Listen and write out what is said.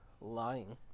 lying